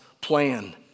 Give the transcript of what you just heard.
plan